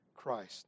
Christ